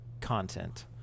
content